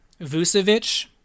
Vucevic